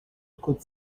could